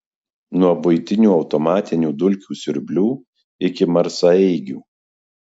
nuo buitinių automatinių dulkių siurblių iki marsaeigių